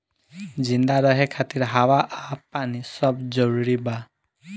जिंदा रहे खातिर हवा आ पानी सब जरूरी बा